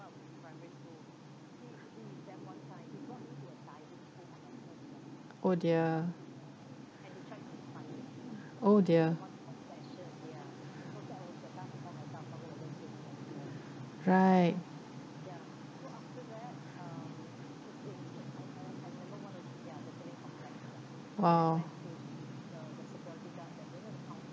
oh dear oh dear right !wow!